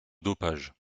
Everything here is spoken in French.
dopage